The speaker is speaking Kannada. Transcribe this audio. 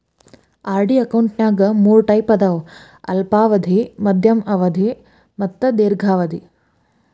ಆರ್.ಡಿ ಅಕೌಂಟ್ನ್ಯಾಗ ಮೂರ್ ಟೈಪ್ ಅದಾವ ಅಲ್ಪಾವಧಿ ಮಾಧ್ಯಮ ಅವಧಿ ಮತ್ತ ದೇರ್ಘಾವಧಿ